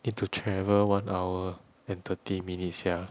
need to travel one hour and thirty minutes sia